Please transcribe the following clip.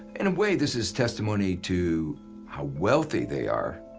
in a way this is testimony to how wealthy they are,